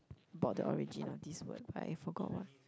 about the origin of this word but I forgot what